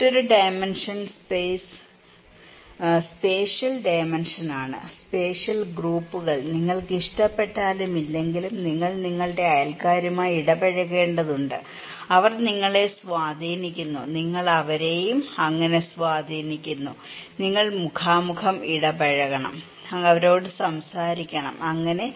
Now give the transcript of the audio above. മറ്റൊരു dimension spatial dimension ആണ് spatial ഗ്രൂപ്പുകൾ നിങ്ങൾക്ക് ഇഷ്ടപ്പെട്ടാലും ഇല്ലെങ്കിലും നിങ്ങൾ നിങ്ങളുടെ അയൽക്കാരുമായി ഇടപഴകേണ്ടതുണ്ട് അവർ നിങ്ങളെ സ്വാധീനിക്കുന്നു നിങ്ങൾ അവരെയും അങ്ങനെ സ്വാധീനിക്കുന്നു നിങ്ങൾ മുഖാമുഖം ഇടപഴകണം അവരോട് സംസാരിക്കണം അങ്ങനെ